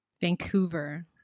Vancouver